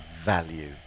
value